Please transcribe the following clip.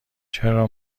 چرا